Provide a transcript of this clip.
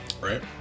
Right